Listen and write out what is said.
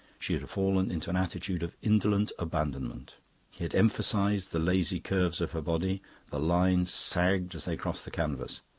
she had fallen into an attitude of indolent abandonment. he had emphasised the lazy curves of her body the lines sagged as they crossed the canvas,